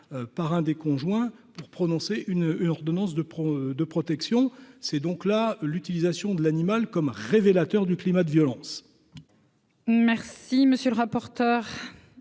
par un des conjoints pour prononcer une une ordonnance de de protection, c'est donc là l'utilisation de l'animal comme un révélateur du climat de violence. Merci, monsieur le rapporteur,